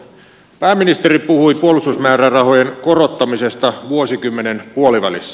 pääministeri puhui puolustusmäärärahojen korottamisesta vuosikymmenen puolivälissä